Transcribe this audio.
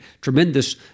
tremendous